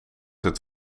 het